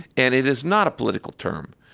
and it is not a political term.